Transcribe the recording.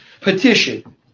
petition